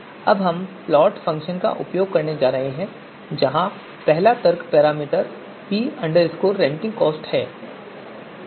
अब हम plot function का उपयोग करने जा रहे हैं जहां पहला तर्क पैरामीटर p Rentingcosts है